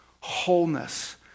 wholeness